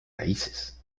raíces